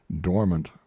dormant